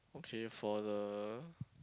okay for the